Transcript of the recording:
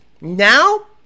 Now